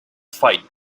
fight